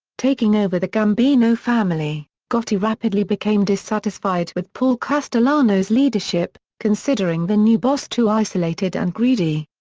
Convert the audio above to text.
taking over the gambino family gotti rapidly became dissatisfied with paul castellano's leadership, considering the new boss too isolated and greedy.